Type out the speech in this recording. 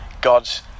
God's